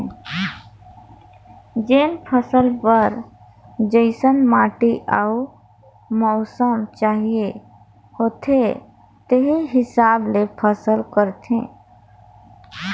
जेन फसल बर जइसन माटी अउ मउसम चाहिए होथे तेही हिसाब ले फसल करथे